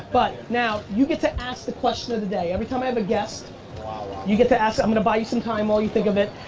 but, now you get to ask the question of the day, every time i have a guest you get to ask, i'm going to buy you some time while you think of it,